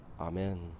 Amen